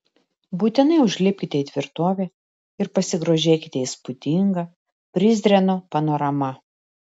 būtinai užlipkite į tvirtovę ir pasigrožėkite įspūdinga prizreno panorama